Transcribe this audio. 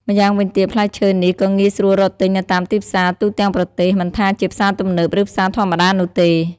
ម្យ៉ាងវិញទៀត ផ្លែឈើនេះក៏ងាយស្រួលរកទិញនៅតាមទីផ្សារទូទាំងប្រទេស មិនថាជាផ្សារទំនើប ឬផ្សារធម្មតានោះទេ។